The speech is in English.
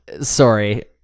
Sorry